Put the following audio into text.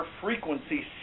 frequency